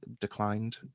declined